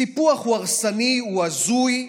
סיפוח הוא הרסני, הוא הזוי,